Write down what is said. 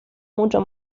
mucho